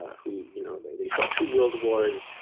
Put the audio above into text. who you know and they they saw two world wars,